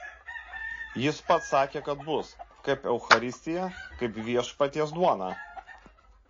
jis pats sakė kad bus kaip eucharistija kaip viešpaties duona